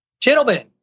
Gentlemen